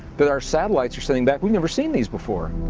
that our satellites are seeing, that we never seen these before.